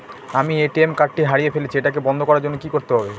আমি ATM card টি হারিয়ে ফেলেছি এটাকে বন্ধ করার জন্য কি করতে হবে?